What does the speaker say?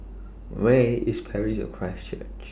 Where IS Parish of Christ Church